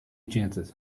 chances